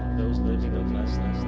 those living on less